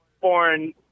foreign